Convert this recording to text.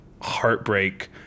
heartbreak